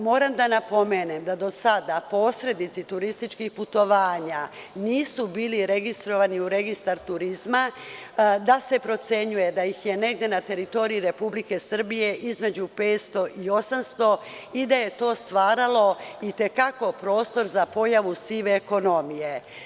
Moram da napomenem da do sada posrednici turističkih putovanja nisu bili registrovani u registar turizma, da se procenjuje da ih je negde na teritoriji Republike Srbije između 500 i 800 i da je to stvaralo i te kako prostor za pojavu sive ekonomije.